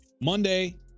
Monday